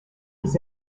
his